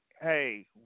hey